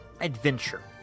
adventure